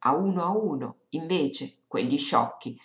a uno a uno invece quegli sciocchi